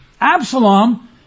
Absalom